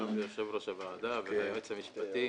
שלום ליושב-ראש הוועדה וליועץ המשפטי.